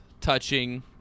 touching